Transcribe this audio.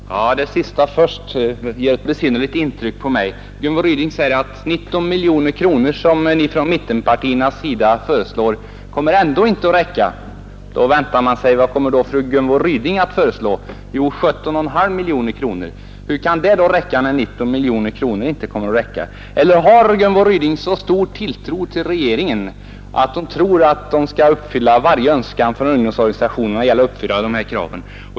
Herr talman! Låt mig ta det sista först — det gör ett besynnerligt intryck på mig. Gunvor Ryding säger att 19 miljoner kronor, som vi från mittenpartiernas sida föreslår, kommer ändå inte att räcka. Då frågar man sig: Vad kommer Gunvor Ryding att föreslå? Jo, hon föreslår 17,5 miljoner kronor. Hur kan det räcka, när 19 miljoner inte kommer att räcka? Eller har Gunvor Ryding så stor tilltro till regeringen, att hon tror att den skall uppfylla varje önskan från ungdomsorganisationerna när det gäller att tillmötesgå de här kraven?